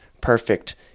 perfect